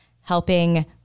helping